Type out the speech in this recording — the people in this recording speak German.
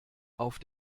auf